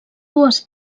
dues